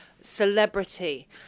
celebrity